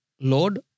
Lord